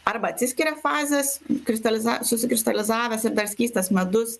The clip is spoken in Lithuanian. arba atsiskiria fazės kristaliza susikristalizavęs ir dar skystas medus